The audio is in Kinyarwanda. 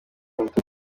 bato